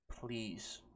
Please